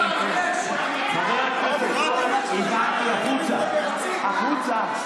חבר הכנסת כהן, החוצה, החוצה.